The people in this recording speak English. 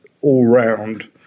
all-round